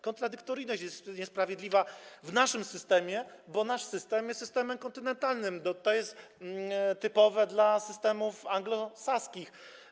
Kontradyktoryjność jest niesprawiedliwa w naszym systemie, bo nasz system jest systemem kontynentalnym, a to jest typowe dla systemów anglosaskich.